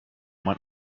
went